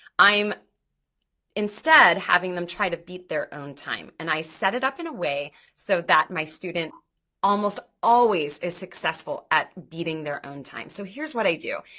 i'm instead having them try to beat their own time and i set it up in a way so that my student almost always is successful at beating their own time. so here's what i do.